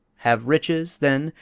have riches, then,